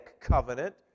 covenant